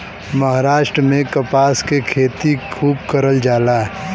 महाराष्ट्र में कपास के खेती खूब करल जाला